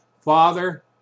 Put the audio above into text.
Father